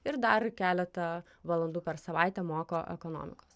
ir dar keletą valandų per savaitę moko ekonomikos